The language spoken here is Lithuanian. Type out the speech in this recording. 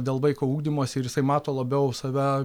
dėl vaiko ugdymosi ir jisai mato labiau save